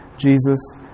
Jesus